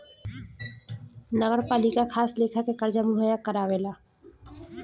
नगरपालिका खास लेखा के कर्जा मुहैया करावेला